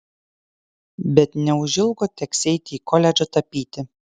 bet neužilgo teks eiti į koledžą tapyti